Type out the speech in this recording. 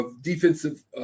defensive